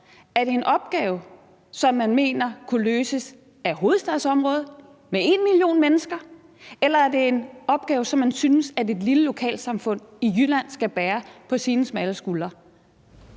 om det er en opgave, som man mener kunne løses af hovedstadsområdet med en million mennesker, eller om det er en opgave, som man synes at et lille lokalsamfund i Jylland skal bære på sine smalle skuldre.